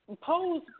Pose